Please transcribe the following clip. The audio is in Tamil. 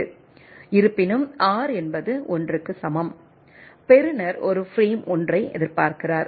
இருப்பினும் R என்பது 1 க்கு சமம் பெறுநர் ஒரு பிரேமை 1 ஐ எதிர்பார்க்கிறார்